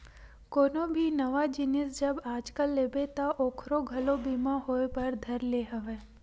कोनो भी नवा जिनिस जब आजकल लेबे ता ओखरो घलो बीमा होय बर धर ले हवय